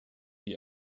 die